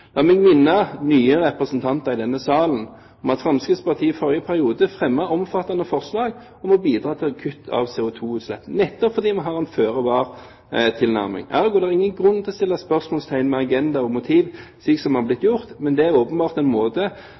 La meg minne nye representanter i denne salen om at Fremskrittspartiet i forrige periode fremmet omfattende forslag om å bidra til kutt i CO2-utslipp, nettopp fordi vi har en føre-var-tilnærming. Ergo er det ingen grunn til å sette spørsmålstegn ved agenda og motiv, slik som er blitt gjort. Men det er åpenbart